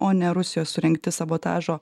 o ne rusijos surengti sabotažo